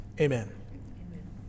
Amen